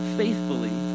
faithfully